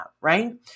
right